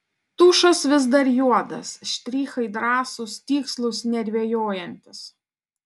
tušas vis dar juodas štrichai drąsūs tikslūs nedvejojantys